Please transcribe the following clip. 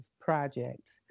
projects